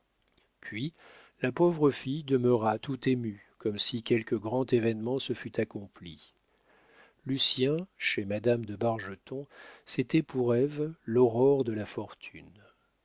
puis la pauvre fille demeura tout émue comme si quelque grand événement se fût accompli lucien chez madame de bargeton c'était pour ève l'aurore de la fortune